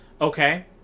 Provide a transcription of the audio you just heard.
Okay